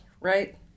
right